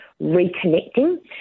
reconnecting